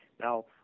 now